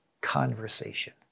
conversation